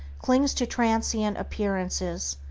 clings to transient appearances,